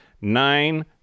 nine